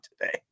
today